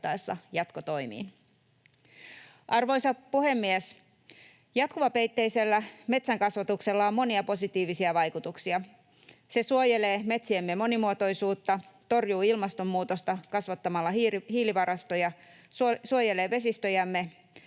jatkotoimiin. Arvoisa puhemies! Jatkuvapeitteisellä metsänkasvatuksella on monia positiivisia vaikutuksia. Se suojelee metsiemme monimuotoisuutta, torjuu ilmastonmuutosta kasvattamalla hiilivarastoja, suojelee vesistöjämme